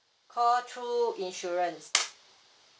call two insurance